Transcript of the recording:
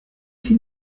sie